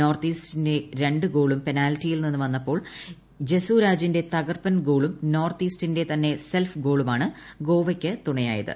north ഈസ്റ്റിന്റെ രണ്ട് ഗോളും പെനാലിറ്റിയിൽ നിന്ന് വന്നപ്പോൾ ജെസുരാജിന്റെ തകർപ്പൻ ഗോളും നോർത്ത് ഈസ്റ്റിന്റെ തന്നെ സെൽഫ് ഗോളുമാണ് ഗോവയ്ക്ക് തുണയായത്